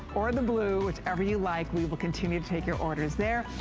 or the blue, whichever you like, we will continue to take your orders there.